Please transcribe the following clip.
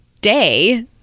day